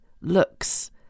looks